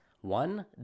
One